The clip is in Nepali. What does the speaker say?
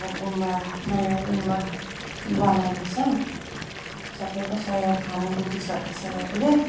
अब गुम्बा नयाँ गुम्बा बनाउँदै छ सबैको सहयोग हामी बुद्धिस्टहरूको सहयोगले